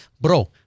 Bro